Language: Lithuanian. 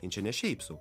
jin čia ne šiaip sau